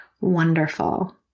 wonderful